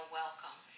welcome